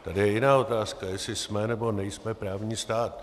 Tady je jiná otázka jestli jsme, nebo nejsme právní stát.